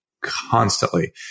constantly